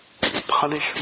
punishment